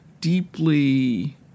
deeply